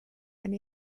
and